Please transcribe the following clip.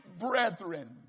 brethren